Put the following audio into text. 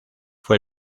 fue